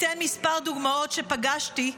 אתן כמה דוגמאות שפגשתי,